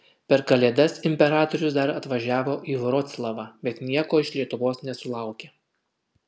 per kalėdas imperatorius dar atvažiavo į vroclavą bet nieko iš lietuvos nesulaukė